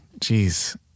Jeez